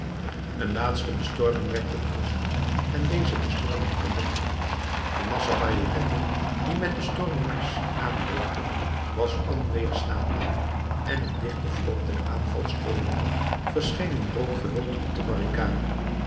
een laatste bestorming werd beproefd en deze bestorming gelukte de massa bajonnetten die met den stormmarsch aanrukte was onweerstaanbaar en het dichte front der aanvalscolonne verscheen in rook gehuld op de barricade